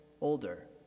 older